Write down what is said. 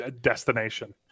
destination